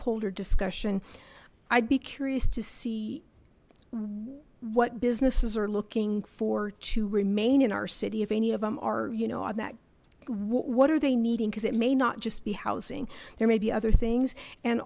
holder discussion i'd be curious to see what businesses are looking for to remain in our city if any of them are you know on that what are they needing because it may not just be housing there may be other things and